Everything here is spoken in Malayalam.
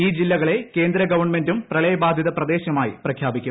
ഈ ജില്ലകളെ കേന്ദ്ര ഗവൺമെന്റും പ്രളയബാധിത പ്രദേശമായി പ്രഖ്യാപിക്കും